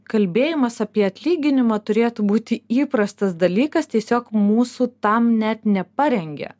kalbėjimas apie atlyginimą turėtų būti įprastas dalykas tiesiog mūsų tam net neparengia